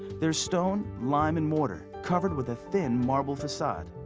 they're stone, lime and mortar, covered with ah thin marble facade.